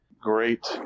great